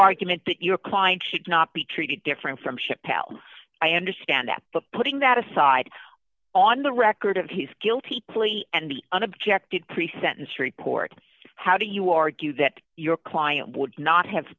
argument that your client should not be treated different from ship pals i understand that the putting that aside on the record of his guilty plea and unobjective pre sentence report how do you argue that your client would not have